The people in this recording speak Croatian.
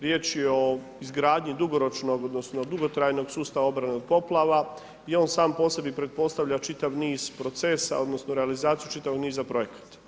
Riječ je o izgradnji dugoročnog, odnosno dugotrajnog sustava obrane od poplava i on sam po sebi pretpostavlja čitav niz procesa, odnosno realizaciju čitavog niza projekata.